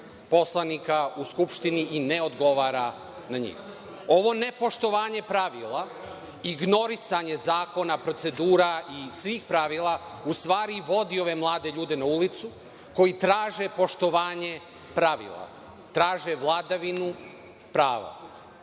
poslanika u Skupštini i ne odgovara na njih? Ovo nepoštovanje pravila, ignorisanje zakona, procedura i svih pravila u stvari i vodi ove mlade ljude na ulicu, koji traže poštovanje pravila, traže vladavinu prava.